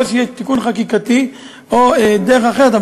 או שיהיה תיקון חקיקתי או דרך אחרת,